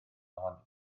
ohoni